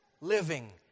living